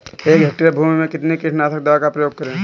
एक हेक्टेयर भूमि में कितनी कीटनाशक दवा का प्रयोग करें?